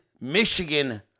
Michigan